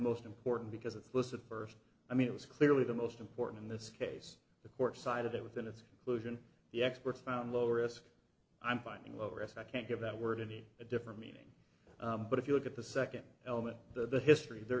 most important because it's listed first i mean it was clearly the most important in this case the court decided that within its conclusion the experts found lower risk i'm finding lower s i can't give that word in a different meaning but if you look at the second element the history there